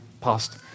past